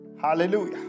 Hallelujah